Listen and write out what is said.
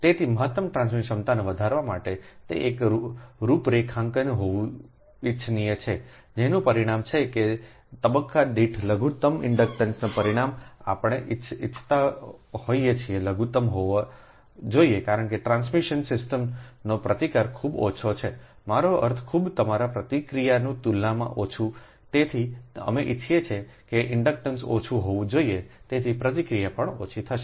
તેથી મહત્તમ ટ્રાન્સમિશન ક્ષમતાને વધારવા માટે તે એક રૂપરેખાંકન હોવું ઇચ્છનીય છે જેનું પરિણામ છે કે જે તબક્કા દીઠ લઘુતમ ઇન્ડક્ટન્સનું પરિણામ આપણે ઇચ્છતા હોઈએ છીએ લઘુત્તમ હોવું જોઈએ કારણ કે ટ્રાન્સમિશન સિસ્ટમનો પ્રતિકાર ખૂબ ઓછો છે મારો અર્થ ખૂબ તમારા પ્રતિક્રિયાની તુલનામાં ઓછું તેથી અમે ઇચ્છીએ છીએ કે ઇન્ડેક્શન ઓછું હોવું જોઈએ તેથી પ્રતિક્રિયા પણ ઓછી હશે